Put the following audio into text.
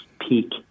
peak